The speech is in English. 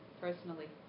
personally